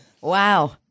Wow